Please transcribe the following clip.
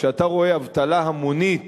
כשאתה רואה אבטלה המונית